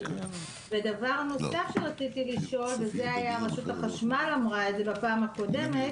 רשות החשמל אמרה בפעם הקודמת,